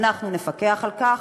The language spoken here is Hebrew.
ואנחנו נפקח על כך.